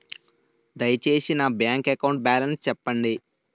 దయచేసి నా bank account balance చెప్పండి